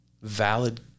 valid